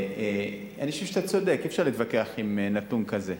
אני חושב שאתה צודק, אי-אפשר להתווכח עם נתון כזה,